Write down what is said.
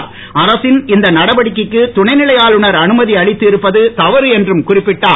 மேலும் அரசின் இந்த நடவடிக்கைக்கு துணைநிலை ஆளுநர் அனுமதி அளித்து இருப்பது தவறு என்றும் குறிப்பிட்டார்